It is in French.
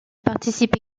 participe